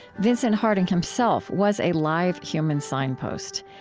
vincent harding himself was a live human signpost.